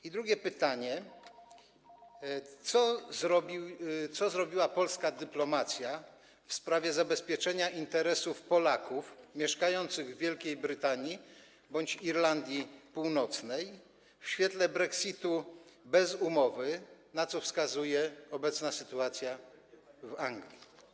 I drugie pytanie: Co zrobiła polska dyplomacja w sprawie zabezpieczenia interesów Polaków mieszkających w Wielkiej Brytanii bądź Irlandii Północnej w świetle brexitu bez umowy, na co wskazuje obecna sytuacja w Anglii?